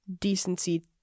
decency